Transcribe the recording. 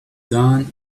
dawn